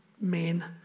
men